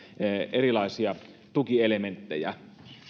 erilaisia tukielementtejä